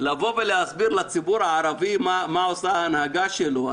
להסביר לציבור הערבי מה עושה ההנהגה שלו.